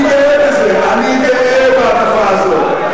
מה הקשר, אני גאה בזה, אני גאה בהטפה הזאת.